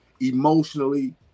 emotionally